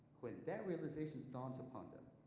when that realization dawns upon them,